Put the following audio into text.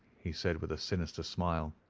he said with a sinister smile.